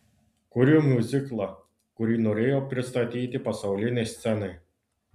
kuriu miuziklą kurį norėjau pristatyti pasaulinei scenai